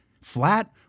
flat